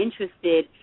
interested